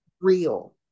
real